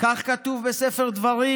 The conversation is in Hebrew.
כך כתוב בספר דברים.